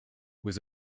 was